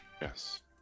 Yes